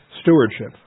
stewardship